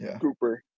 Cooper